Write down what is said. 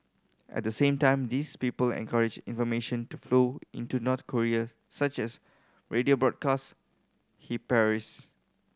at the same time these people encourage information to flow into North Korea such as radio broadcast he parries